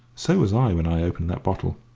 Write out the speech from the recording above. so was i when i opened that bottle.